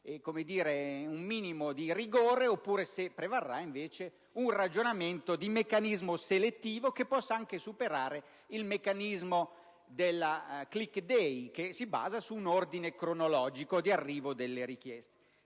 un minimo di rigore, oppure se prevarrà invece un ragionamento di meccanismo selettivo che possa anche superare quello del *click day*, che si basa su un ordine cronologico di arrivo delle richieste.